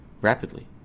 rapidly